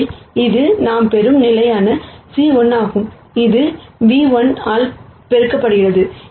எனவே இது நாம் பெறும் நிலையான C1 ஆகும் இது v1 ஆல் பெருக்கப்படுகிறது